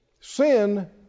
Sin